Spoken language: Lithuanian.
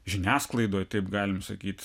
žiniasklaidoj taip galim sakyt